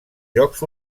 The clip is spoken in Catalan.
jocs